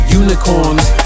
unicorns